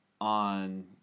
on